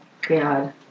god